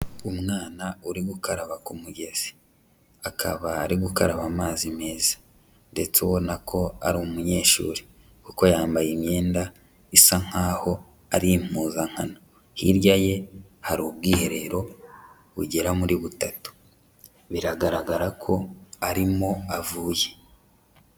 Umwana uri gukaraba ku mugezi, akaba ari gukaraba amazi meza ndetse ubona ko ari umunyeshuri kuko yambaye imyenda isa nkaho ari impuzankano. Hirya ye hari ubwiherero bugera muri butatu. Biragaragara ko arimo avuye.